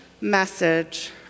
message